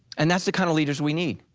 and that's the kind of leaders we need.